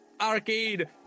arcade